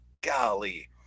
golly